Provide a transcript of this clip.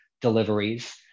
deliveries